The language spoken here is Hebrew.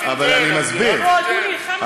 המדינה תיתן.